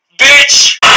bitch